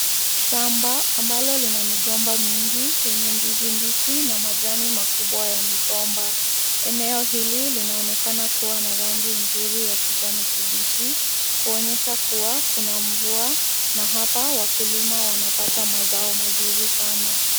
Shamba ambalo lina migomba mingi yenye ndizi mbichi na majani makubwa ya migomba. Eneo hili linaonekana kuwa na rangi nzuri ya kijani kibichi, kuonyesha kuwa kuna mvua na hapa wakulima wanapata mazao mazuri sana.